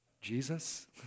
Jesus